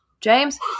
James